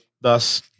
thus